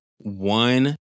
one